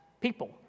people